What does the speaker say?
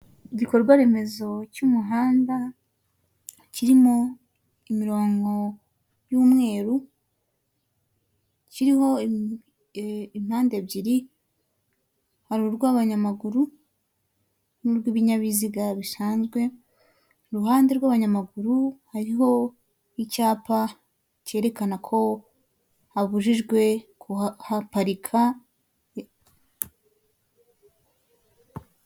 Igikorwa remezo cy'umuhanda, kirimo imirongo y'umweru, kiriho impande ebyiri, hari urw'abanyamaguru n'urw'ibinyabiziga bisanzwe, uruhande rw'abanyamaguru hariho icyapa cyerekana ko habujijwe kuhaparika